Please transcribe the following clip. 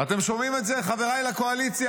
אתם שומעים את זה, חבריי לקואליציה?